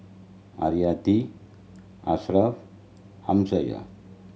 Haryati Ashraf Amsyar